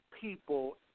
people